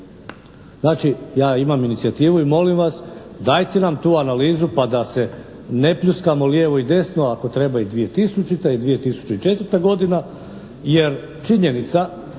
Znači ja imam inicijativu i molim vas dajte nam tu analizu pa da se ne pljuskamo lijevo i desno, ako treba i 2000.-te i 2004.-ta godina jer činjenica